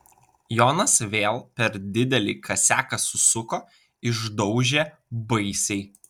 jonas vėl per didelį kasiaką susuko išdaužė baisiai